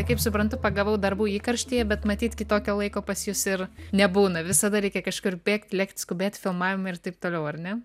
kaip suprantu pagavau darbų įkarštyje bet matyt kitokio laiko pas jus ir nebūna visada reikia kažkur bėgt lėkt skubėt filmavimai ir taip toliau ar ne